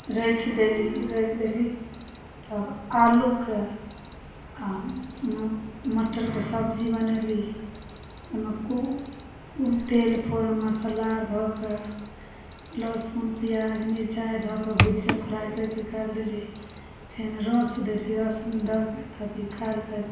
राखि देली राखि देली तब आलूकए आ मटरके सब्जी बनैली ओहिमे करू तेल फोरन मसल्ला आर धऽ कए लहसुन पियाज मिरचाइ धऽ कऽ भुजि कऽ फ्राइ कैरके काटि देली फेन रस देली रसमे दऽ के तब निकालि कए